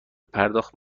پرداخت